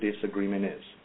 disagreement is